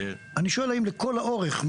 אני שואל האם לכל האורך,